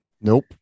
Nope